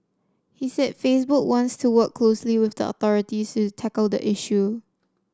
he said Facebook wants to work closely with the authorities to tackle the issue